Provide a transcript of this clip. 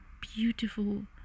beautiful